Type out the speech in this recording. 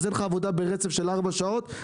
אז אין לך עבודה ברצף של ארבע שעות,